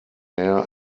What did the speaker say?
air